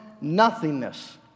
nothingness